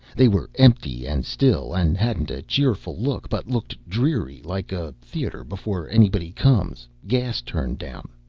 they were empty and still, and hadn't a cheerful look, but looked dreary, like a theatre before anybody comes gas turned down.